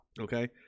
okay